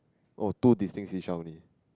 oh two distinct seashell only